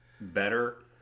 better